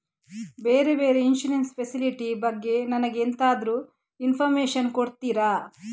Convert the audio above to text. ಬೇರೆ ಬೇರೆ insurance facility ಬಗ್ಗೆ ನನಗೆ ಎಂತಾದ್ರೂ ಇನ್ಫೋರ್ಮೇಷನ್ ಕೊಡ್ತೀರಾ?